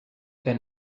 been